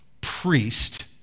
priest